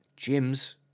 Gyms